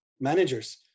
managers